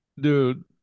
Dude